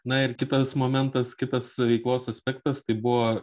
na ir kitas momentas kitas veiklos aspektas tai buvo